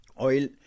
oil